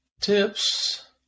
tips